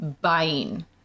buying